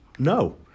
No